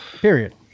Period